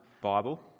Bible